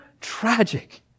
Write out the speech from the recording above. tragic